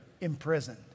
imprisoned